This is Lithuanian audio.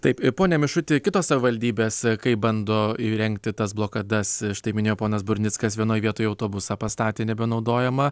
taip pone mišuti kitos savivaldybės kaip bando įrengti tas blokadas štai minėjo ponas burnickas vienoj vietoj autobusą pastatė nebenaudojamą